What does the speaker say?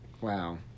Wow